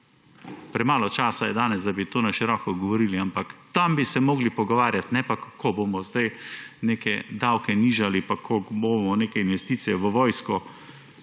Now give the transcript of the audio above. Premalo časa je danes, da bi o tem na široko govorili, ampak o tem bi se morali pogovarjati, ne pa, kako bomo zdaj neke davke nižali pa koliko bo neke investicije v vojsko.